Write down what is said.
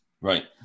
Right